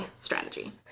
Strategy